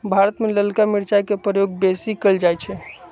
भारत में ललका मिरचाई के प्रयोग बेशी कएल जाइ छइ